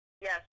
Yes